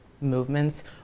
movements